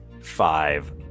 five